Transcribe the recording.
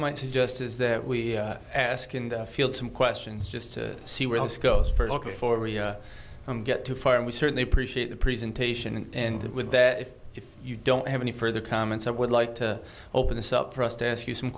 might suggest is that we ask in the field some questions just to see where else go forward and get to fire and we certainly appreciate the presentation and ended with that if you don't have any further comments i would like to open this up for us to ask you some